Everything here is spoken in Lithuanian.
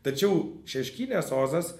tačiau šeškinės ozas